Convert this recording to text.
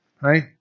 right